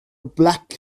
black